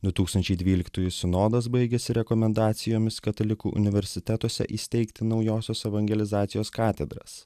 du tūkstančiai dvyliktųjų sinodas baigėsi rekomendacijomis katalikų universitetuose įsteigti naujosios evangelizacijos katedras